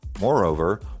Moreover